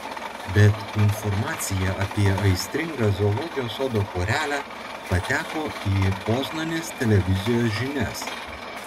bet informacija apie aistringą zoologijos sodo porelę pateko į poznanės televizijos žinias